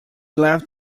left